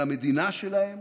על המדינה שלהם